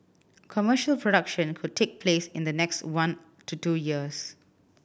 commercial production could take place in the next one to two years